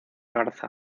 garza